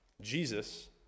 Jesus